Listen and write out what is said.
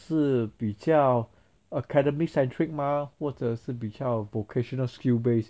是比较 academics centric 吗或者是比较 vocational skill base